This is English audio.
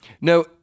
no